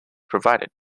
provided